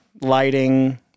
lighting